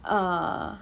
err